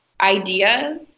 ideas